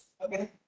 Okay